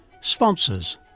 sponsors